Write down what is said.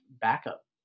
backup